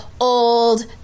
old